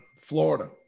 Florida